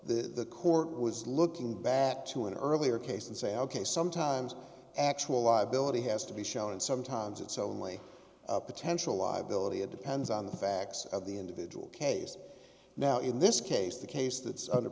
the court was looking back to an earlier case and say ok sometimes actual liability has to be shown and sometimes it's only a potential liability it depends on the facts of the individual case now in this case the case that's under